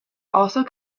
also